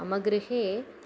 मम गृहे